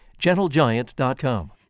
GentleGiant.com